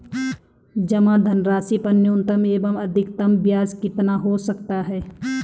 जमा धनराशि पर न्यूनतम एवं अधिकतम ब्याज कितना हो सकता है?